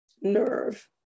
nerve